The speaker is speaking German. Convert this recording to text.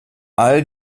all